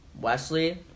Wesley